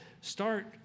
Start